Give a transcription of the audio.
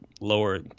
lower